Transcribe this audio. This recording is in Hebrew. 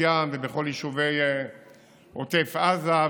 בת ים ובכל יישובי עוטף עזה,